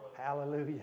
Hallelujah